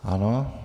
Ano.